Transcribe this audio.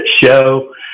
show